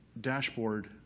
dashboard